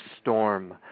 storm